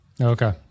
Okay